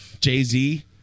Jay-Z